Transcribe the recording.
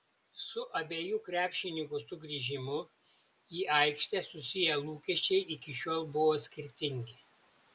su abiejų krepšininkų sugrįžimu į aikštę susiję lūkesčiai iki šiol buvo skirtingi